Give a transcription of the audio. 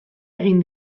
egin